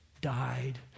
died